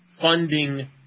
funding